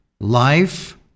life